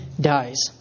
dies